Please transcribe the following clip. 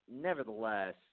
nevertheless